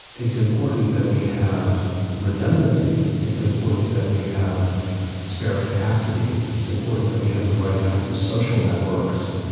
it's important that we have redundancy. it's important that we have spare capacity. it's important that we have the right kinds of social networks,